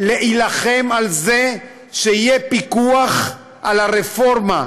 להילחם על זה שיהיה פיקוח על הרפורמה,